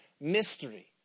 mystery